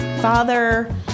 Father